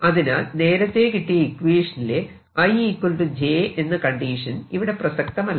അതിനാൽ നേരത്തെ കിട്ടിയ ഇക്വേഷനിലെ i j എന്ന കണ്ടീഷൻ ഇവിടെ പ്രസക്തമല്ല